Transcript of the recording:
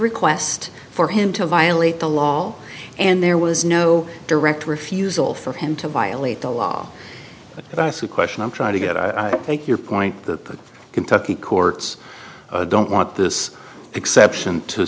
request for him to violate the law and there was no direct refusal for him to violate the law but the question i'm trying to get i take your point that kentucky courts don't want this exception to